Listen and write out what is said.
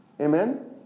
Amen